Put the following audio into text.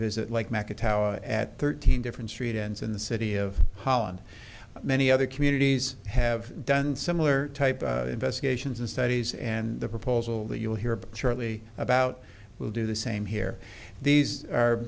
visit like mecca tower at thirteen different st annes in the city of holland many other communities have done similar type investigations and studies and the proposal that you'll hear shortly about we'll do the same here these are